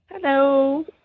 Hello